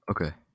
Okay